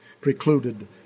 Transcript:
precluded